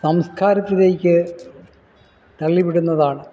സംസ്കാരത്തിലേക്ക് തള്ളിവിടുന്നതാണ്